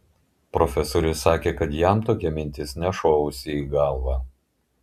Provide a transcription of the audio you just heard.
profesorius sakė kad jam tokia mintis nešovusi į galvą